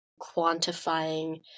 quantifying